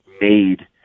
made